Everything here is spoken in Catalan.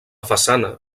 façana